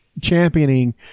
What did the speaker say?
championing